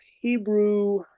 Hebrew